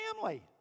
family